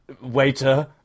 waiter